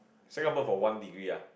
Singapore for one degree ah